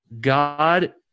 God